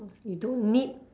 you don't need